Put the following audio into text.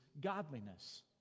godliness